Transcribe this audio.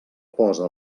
posa